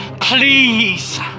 Please